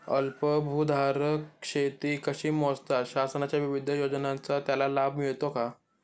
अल्पभूधारक शेती कशी मोजतात? शासनाच्या विविध योजनांचा त्याला लाभ मिळतो का?